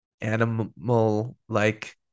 animal-like